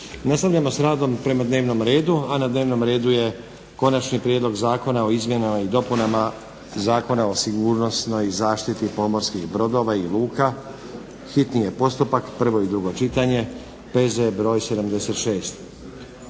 Nastavljamo s radom prema dnevnom redu, a na dnevnom redu je: - Konačni prijedlog zakona o izmjenama i dopunama Zakona o sigurnosnoj zaštiti pomorskih brodova i luka, hitni postupak, prvo i drugo čitanje, P.Z. br. 76